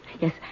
Yes